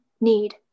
need